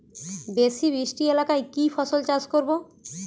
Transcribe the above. বেশি বৃষ্টি এলাকায় কি ফসল চাষ করব?